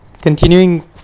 Continuing